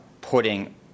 putting